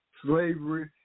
Slavery